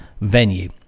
venue